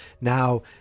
Now